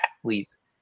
athletes